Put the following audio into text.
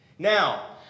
Now